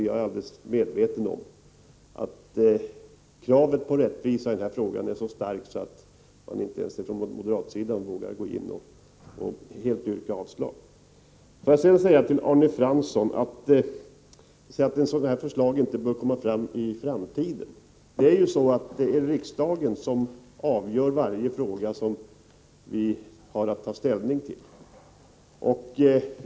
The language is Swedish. Jag är helt medveten om att kravet på rättvisa i den här frågan är så starkt att man inte ens från moderat sida vågar helt yrka avslag. Får jag säga till Arne Fransson, som menar att sådana här förslag inte bör föreläggas riksdagen i framtiden, att det är riksdagen som avgör varje fråga som den har att ta ställning till.